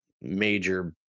major